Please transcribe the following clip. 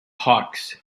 hawks